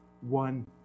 one